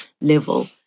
level